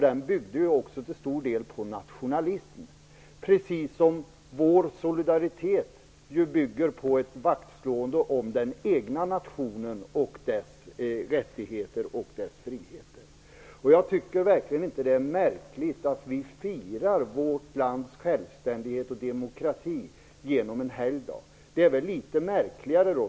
Den byggde till stor del på nationalism, precis som vår solidaritet bygger på ett vaktslående om den egna nationen och dess rättigheter och friheter. Jag tycker verkligen inte att det är märkligt att vi firar vårt lands självständighet och demokrati genom en helgdag.